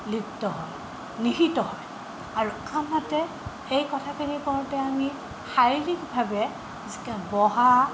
লিপ্ত হয় নিহিত হয় আৰু আনহাতে এই কথাখিনি কওঁতে আমি শাৰীৰিকভাৱে যিকে বহা